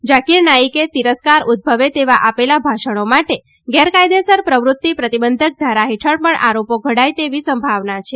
ઝકીર નાઇકે તિરસ્કાર ઉદભવે તેવા આપેલા ભાષણી માટે ગેરકાયદેસર પ્રવૃત્તિ પ્રતિબંધક દ્વારા હેઠળ પણ આરોપો ઘડાય તેવી સંભાવના છે